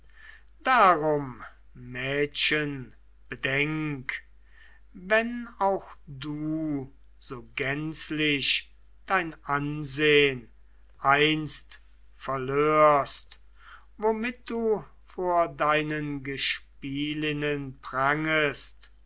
darum mädchen bedenk wenn auch du so gänzlich dein ansehn einst verlörst womit du vor deinen gespielinnen prangest